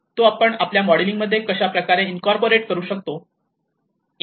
तो डेटा आपण आपल्या मॉडेलिंगमध्ये कशाप्रकारे इनकॉर्पोरेट करू शकतो